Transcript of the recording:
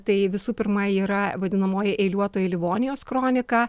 tai visų pirma yra vadinamoji eiliuotoji livonijos kronika